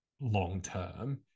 long-term